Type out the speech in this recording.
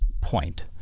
point